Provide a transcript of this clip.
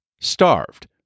Starved